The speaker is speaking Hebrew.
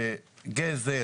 גזל,